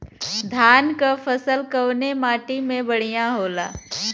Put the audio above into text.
धान क फसल कवने माटी में बढ़ियां होला?